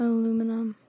Aluminum